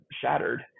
shattered